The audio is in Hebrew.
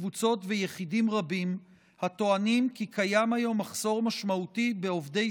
קבוצות ויחידים רבים הטוענים כי קיים היום מחסור משמעותי בעובדי